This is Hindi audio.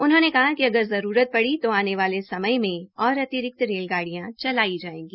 उन्होंने कहा कि अगर जरूरत पड़ी तो आने वाले समय में और अतिरिक्त र्रेलगाड़ियां चलाई जायेंगी